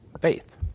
faith